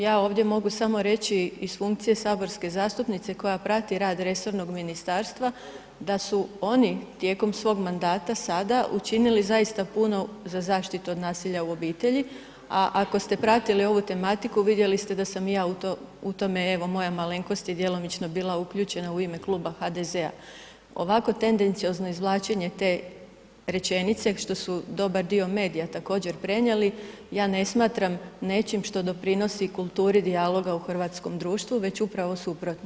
Ja ovdje mogu samo reći iz funkcije saborske zastupnice koja prati rad resornog ministarstva, da su oni tijekom svog mandata sada učinili zaista puno za zaštitu od nasilja u obitelji, a ako ste pratili ovu tematiku vidjeli ste da sam i ja u tome, evo moja malenkost je djelomično bila uključena u ime Kluba HDZ-a, ovako tendenciozno izvlačenje te rečenice, što su dobar dio medija također prenijeli, ja ne smatram nečim što doprinosi kulturi dijaloga u hrvatskom društvu, već upravo suprotno.